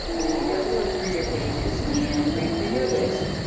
when you go to look for your pages and read through your list,